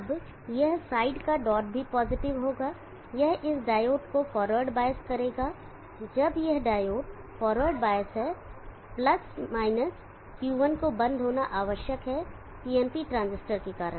अब यह साइड का डॉट भी पॉजिटिव होगा यह इस डायोड को फॉरवर्ड बायस करेगा जब यह डायोड फॉरवर्ड बायस है Q1 को बंद होना आवश्यक है PNP ट्रांजिस्टर के कारण